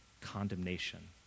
condemnation